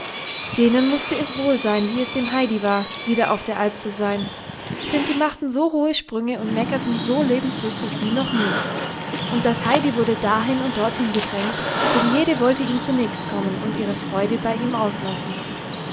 denen mußte es wohl sein wie es dem heidi war wieder auf der alp zu sein denn sie machten so hohe sprünge und meckerten so lebenslustig wie noch nie und das heidi wurde dahin und dorthin gedrängt denn jede wollte ihm zunächst kommen und ihre freude bei ihm auslassen